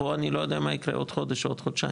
פה אני לא יודע מה יקרה עוד חודש או עוד חודשיים